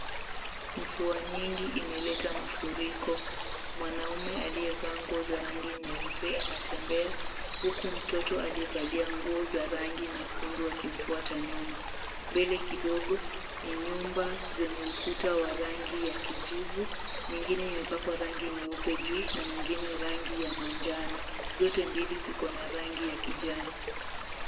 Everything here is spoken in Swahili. Mvua nyingi imeleta mafuriko. Mwanaume aliyevaa nguo za rangi nyeupe anatembea, huku mtoto aliyevalia nguo za rangi nyekundu akimfuata nyuma. Mbele kidogo ni nyumba zenye ukuta wa rangi ya kijivu, nyingine imepakwa rangi nyeupe juu, na nyingine rangi ya manjano. Zote mbili ziko na rangi ya kijani.